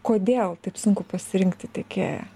kodėl taip sunku pasirinkti tiekėją